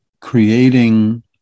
creating